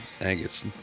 Angus